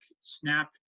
snap